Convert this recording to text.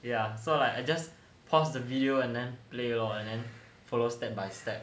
ya so like I just pause the video and then play lor and then follow step by step